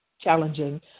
challenging